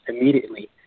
immediately